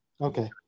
okay